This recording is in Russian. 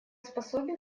способен